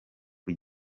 rya